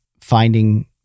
finding